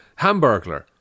Hamburglar